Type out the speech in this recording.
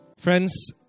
Friends